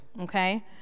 Okay